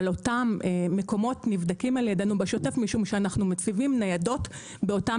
אבל אותם מקומות נבדקים על ידנו בשוטף משום שאנחנו מציבים ניידות באותם